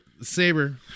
saber